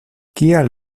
kial